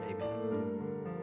amen